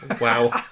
wow